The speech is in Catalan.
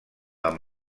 amb